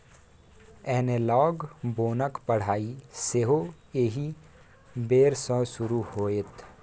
एनलॉग बोनक पढ़ाई सेहो एहि बेर सँ शुरू होएत